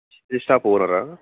stationery shop ఓనర్రా